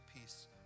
peace